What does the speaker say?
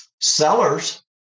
sellers